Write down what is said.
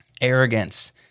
arrogance